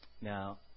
Now